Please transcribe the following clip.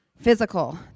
Physical